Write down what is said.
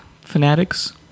fanatics